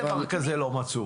אין דבר כזה לא מצאו.